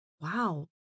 Wow